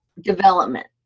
development